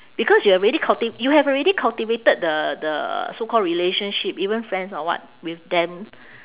because you already culti~ you have already cultivated the the so called relationship even friends or what with them